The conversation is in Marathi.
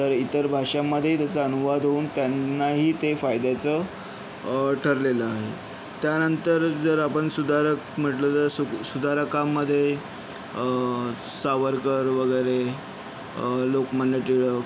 तर इतर भाषांमध्येही त्याचा अनुवाद होऊन त्यांनाही ते फायद्याचं ठरलेलं आहे त्यांनतर जर आपण सुधारक म्हटलं तर सुधारकांमध्ये सावरकर वगैरे लोकमान्य टिळक